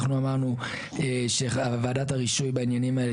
אנחנו אמרנו שוועדת הרישוי בעניינים האלה